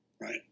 right